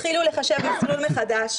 תתחילו לחשב מסלול מחדש,